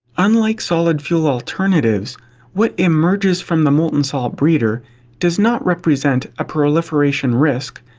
unlike solid fuel alternatives what emerges from the molten-salt breeder does not represent a proliferation risk,